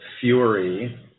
fury